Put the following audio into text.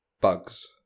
bugs